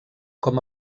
com